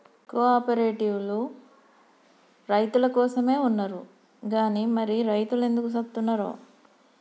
కో ఆపరేటివోల్లు రైతులకోసమే ఉన్నరు గని మరి రైతులెందుకు సత్తున్నరో